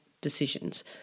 decisions